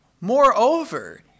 Moreover